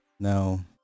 No